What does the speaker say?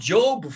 Job